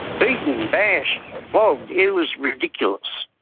beaten, bashed but and it was ridiculous.